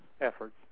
efforts